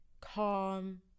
calm